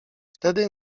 wtedy